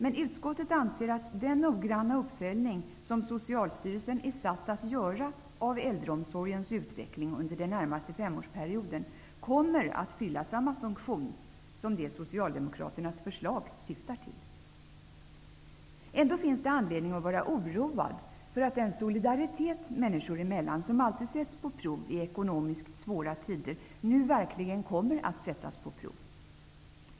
I utskottet anser man dock att den noggranna uppföljning av äldreomsorgens utveckling under den närmaste femårsperioden som Socialstyrelsen är satt att göra kommer att fylla samma funktion som det Socialdemokraternas förslag syftar till. Det finns ändå anledning att vara oroad för att den solidaritet människor emellan som alltid sätts på prov i ekonomiskt svåra tider nu verkligen kommer att sättas på prov.